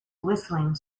whistling